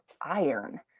iron